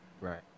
Right